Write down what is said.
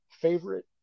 favorite